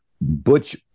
Butch